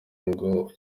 ngo